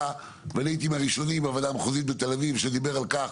והייתי מהראשונים בוועדה המחוזית בתל אביב שדיבר על כך